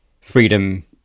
freedom